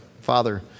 Father